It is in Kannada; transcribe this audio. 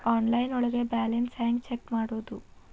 ಆನ್ಲೈನ್ ಒಳಗೆ ಬ್ಯಾಲೆನ್ಸ್ ಹ್ಯಾಂಗ ಚೆಕ್ ಮಾಡೋದು?